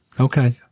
Okay